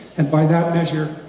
and by that measure,